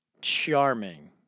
charming